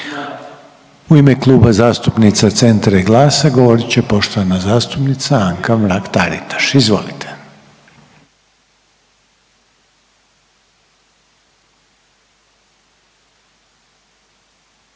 U ime Kluba zastupnica Centra i GLAS-a govorit će poštovana zastupnica Anka Mrak-Taritaš, izvolite.